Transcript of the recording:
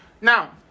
Now